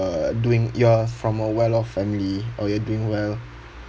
uh doing you're from a well-off family or you're doing well